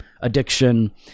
addiction